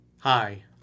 Hi